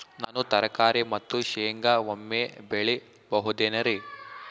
ನಾನು ತರಕಾರಿ ಮತ್ತು ಶೇಂಗಾ ಒಮ್ಮೆ ಬೆಳಿ ಬಹುದೆನರಿ?